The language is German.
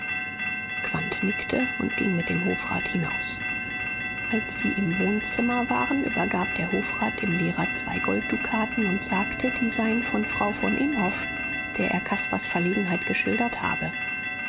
nickte und ging mit dem hofrat hinaus als sie im wohnzimmer waren übergab der hofrat dem lehrer zwei golddukaten und sagte die seien von frau von imhoff der er caspars verlegenheit geschildert habe